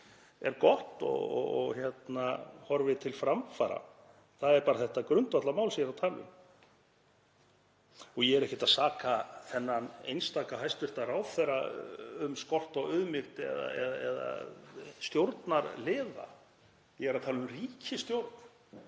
er gott og horfir til framfara. Það er bara þetta grundvallarmál sem ég er að tala um. Og ég er ekkert að saka þennan einstaka hæstv. ráðherra eða stjórnarliða um skort á auðmýkt. Ég er að tala um ríkisstjórn